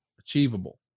achievable